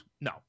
No